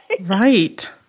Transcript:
Right